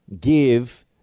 give